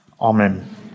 Amen